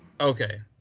okay